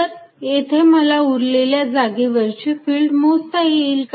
तर येथे मला उरलेल्या जागेवरची फिल्ड मोजता येईल का